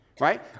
right